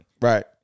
right